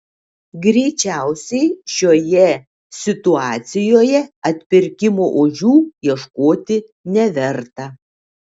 greičiausiai šioje situacijoje atpirkimo ožių ieškoti neverta